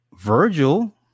Virgil